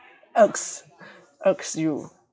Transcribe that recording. irks irks you